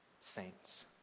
saints